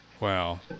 Wow